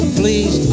please